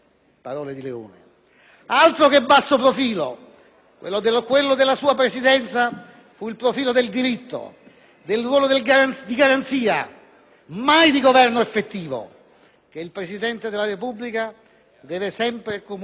Altro che basso profilo! Quello della sua Presidenza fu il profilo del diritto, del ruolo di garanzia, mai di governo effettivo, che il Presidente della Repubblica deve sempre e comunque rappresentare